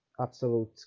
absolute